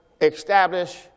establish